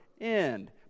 end